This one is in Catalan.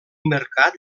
mercat